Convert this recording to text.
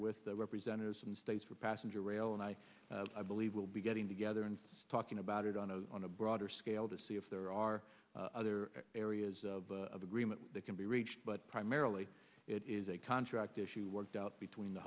with the representatives of the states for passenger rail and i i believe will be getting together and talking about it on a on a broader scale to see if there are other areas of agreement that can be reached but primarily it is a contract issue worked out between the